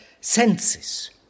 senses